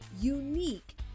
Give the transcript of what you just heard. unique